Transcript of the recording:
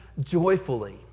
joyfully